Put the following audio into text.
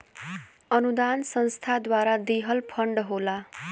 अनुदान संस्था द्वारा दिहल फण्ड होला